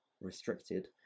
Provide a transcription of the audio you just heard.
restricted